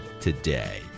today